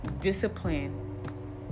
discipline